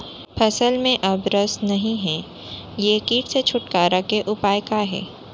फसल में अब रस नही हे ये किट से छुटकारा के उपाय का हे?